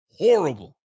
Horrible